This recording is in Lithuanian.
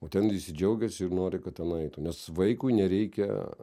o ten visi džiaugiasi ir nori kad tenai eitų nes vaikui nereikia